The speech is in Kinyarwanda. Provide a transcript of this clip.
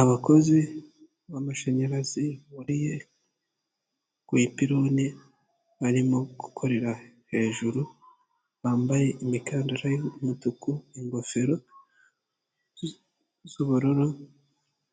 Abakozi b'amashanyarazi buriye ku ipironi barimo gukorera hejuru bambaye imikandara y'umutuku, ingofero z'ubururu,